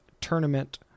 tournament